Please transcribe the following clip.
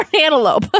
Antelope